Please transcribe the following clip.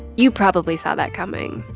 you probably saw that coming.